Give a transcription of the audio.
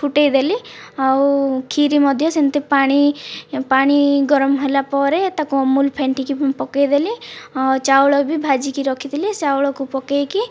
ଫୁଟେଇ ଦେଲି ଆଉ କ୍ଷୀରି ମଧ୍ୟ ସେମିତି ପାଣି ପାଣି ଗରମ ହେଲା ପରେ ତାକୁ ଅମୁଲ ଫେଣ୍ଟିକି ପକେଇଦେଲି ଚାଉଳ ବି ଭାଜିକି ରଖିଥିଲି ଚାଉଳକୁ ପକେଇକି